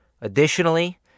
Additionally